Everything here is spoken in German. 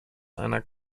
einer